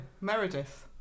Meredith